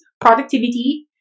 productivity